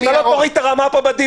שאתה לא מוריד פה את הרמה בדיון.